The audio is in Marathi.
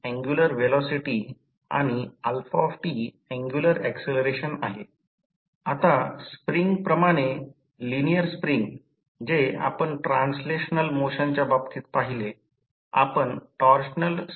जर उच्च व्होल्टेज विन्डिंग कमी 230 व्होल्ट ने कमी व्होल्टेज विन्डिंग सह पुरविला गेला तर कमी व्होल्टेज विन्डिंग मध्ये ट्रान्सफॉर्मर आणि उर्जा घटकमध्ये कॉपर लॉस होणे चालू होईल